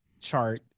chart